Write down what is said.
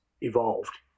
evolved